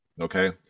Okay